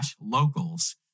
locals